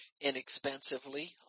inexpensively